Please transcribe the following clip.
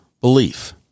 belief